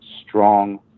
strong